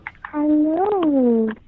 Hello